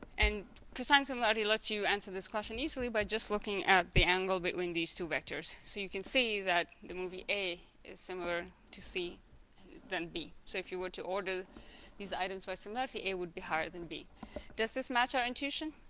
and cosine similarity lets you answer this question easily by just looking at the angle between these two vectors so you can see that the movie a is similar to c than b so if you were to order these items by similarity a would be higher than b does this match our intuition